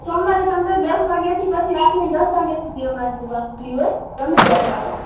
સોમવારે તમતારે દસ વાગ્યાથી પછી રાત્રે દસ વાગ્યા સુધી અમારી દુકાન ખુલ્લી હોય ગમે ત્યારે આવો